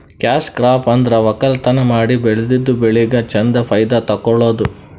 cash crop ಅಂದ್ರ ವಕ್ಕಲತನ್ ಮಾಡಿ ಬೆಳದಿದ್ದ್ ಬೆಳಿಗ್ ಚಂದ್ ಫೈದಾ ತಕ್ಕೊಳದು